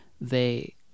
they-